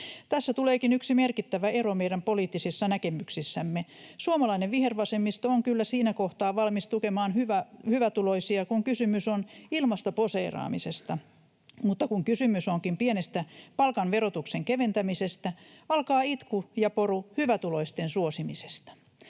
Tässä tuleekin yksi merkittävä ero meidän poliittisissa näkemyksissämme. Suomalainen vihervasemmisto on kyllä siinä kohtaa valmis tukemaan hyvätuloisia, kun kysymys on ilmastoposeeraamisesta, mutta kun kysymys onkin pienestä palkan verotuksen keventämisestä, alkaa itku ja poru hyvätuloisten suosimisesta.